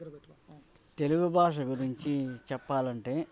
తెలుగు భాష గురించి చెప్పాలంటే